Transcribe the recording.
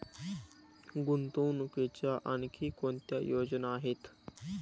गुंतवणुकीच्या आणखी कोणत्या योजना आहेत?